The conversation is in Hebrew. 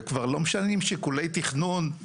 וכבר לא משנים שיקולי תכנון.